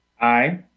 Aye